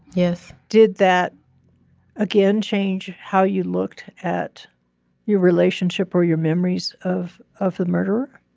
yes. did that again change how you looked at your relationship or your memories of of the murder?